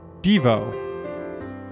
Devo